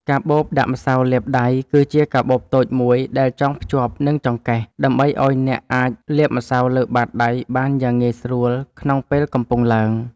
កាបូបដាក់ម្សៅលាបដៃ គឺជាកាបូបតូចមួយដែលចងភ្ជាប់នឹងចង្កេះ ដើម្បីឱ្យអ្នកអាចលាបម្សៅលើបាតដៃបានយ៉ាងងាយស្រួលក្នុងពេលកំពុងឡើង។